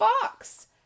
Fox